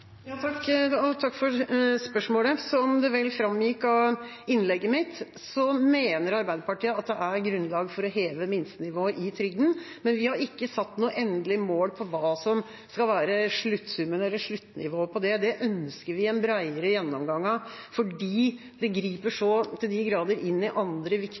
Takk for spørsmålet. Som det vel framgikk av innlegget mitt, mener Arbeiderpartiet at det er grunnlag for å heve minstenivået i trygden, men vi har ikke satt noe endelig mål for hva som skal være sluttsummen, eller sluttnivået, på det. Det ønsker vi en bredere gjennomgang av, fordi det griper så til de grader inn i andre